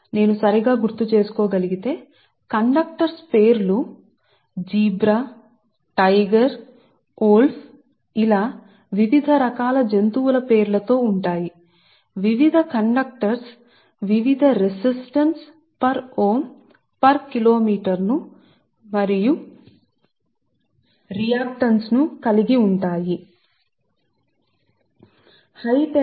ముఖ్యంగా transmission system కోసం మీరు కండక్టర్స్ పేర్లను కనుగొనే అన్ని రకాల విషయాలను నేను గుర్తుచేసుకోగలిగితే వేర్వేరు రెసిస్టెన్స్ ను కలిగి ఉంటాయి మరియు అదే రియాక్టన్స్ ను కలిగి ఉంటాయిసరే